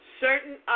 certain